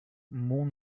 mont